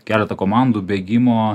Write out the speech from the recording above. keletą komandų bėgimo